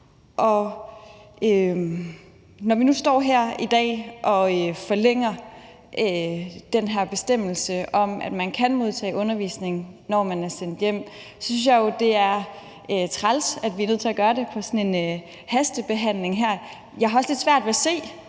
Når vi nu står her i dag og forlænger den her bestemmelse om, at man kan modtage undervisning, når man er sendt hjem, synes jeg jo, det er træls, at vi er nødt til at gøre det med sådan en hastebehandling her. Jeg har også lidt svært ved at se,